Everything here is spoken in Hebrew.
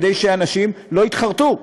כדי שאנשים לא יתחרטו,